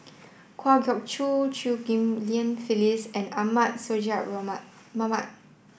Kwa Geok Choo Chew Ghim Lian Phyllis and Ahmad Sonhadji Mohamad